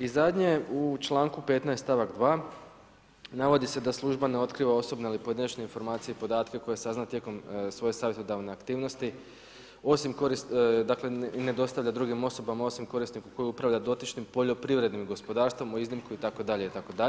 I zadnje, u članku 15. stavak 2. navodi se da služba ne otkriva osobne ili pojedinačne informacija i podatke koje sazna tijekom svoje savjetodavne aktivnosti i ne dostavlja drugim osobama osim korisniku koji upravlja dotičnim poljoprivrednim gospodarstvom uz iznimku itd., itd.